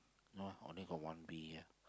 only got one bee ya